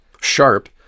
sharp